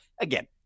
again